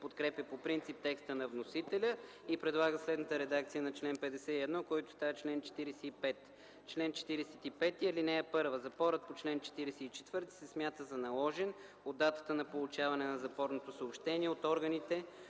подкрепя по принцип текста на вносителя и предлага следната редакция на чл. 51, който става чл. 45: „Чл. 45. (1) Запорът по чл. 44 се смята за наложен от датата на получаване на запорното съобщение от органите,